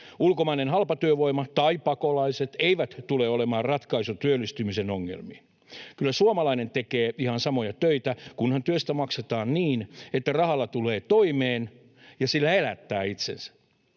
Ulkomainen halpatyövoima tai pakolaiset eivät tule olemaan ratkaisu työllistymisen ongelmiin. Kyllä suomalainen tekee ihan samoja töitä, kunhan työstä maksetaan niin, että rahalla tulee toimeen ja sillä elättää itsensä.